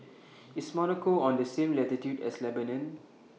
IS Monaco on The same latitude as Lebanon